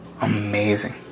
amazing